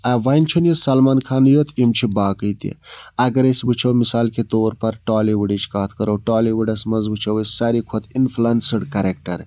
آ وۄنۍ چھُنہٕ یہِ سَلمان خانٕے یوٚت یِم چھِ باقٕے تہِ اگر أسۍ وُچھو مِثال کے طور پَر ٹالی وُڈٕچ کتھ کَرو ٹالی وُڈس منٛز وُچھو أسۍ سارِوٕے کھۄتہٕ اِنفٕلَنسٕڈ کَریکٹَر